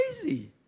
crazy